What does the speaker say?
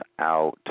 out